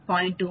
21 ஆகும்